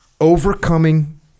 overcoming